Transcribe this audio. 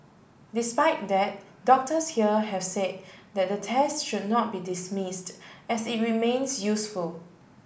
despite that doctors here have said that the test should not be dismissed as it remains useful